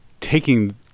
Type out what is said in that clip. taking